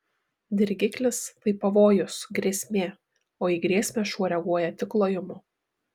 dirgiklis tai pavojus grėsmė o į grėsmę šuo reaguoja tik lojimu